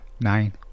Nine